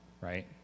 right